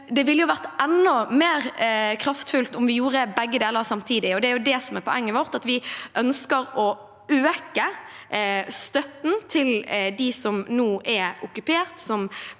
det ville vært enda mer kraftfullt om vi gjorde begge deler samtidig. Det er det som er poenget vårt. Vi ønsker å øke støtten til dem som nå er okkupert,